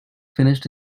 finished